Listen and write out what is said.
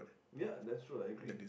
ya that's true I agree